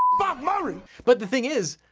bob murray? but the thing is,